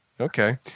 Okay